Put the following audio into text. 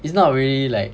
it's not really like